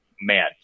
man